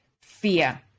fear